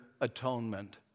atonement